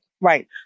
Right